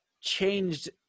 changed